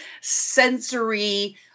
sensory